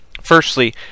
Firstly